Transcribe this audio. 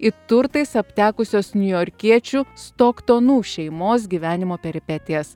į turtais aptekusios niujorkiečių stoktonų šeimos gyvenimo peripetijas